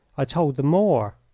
i told them more.